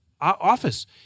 office